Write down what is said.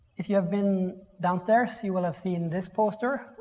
if you have been downstairs, you will have seen this poster.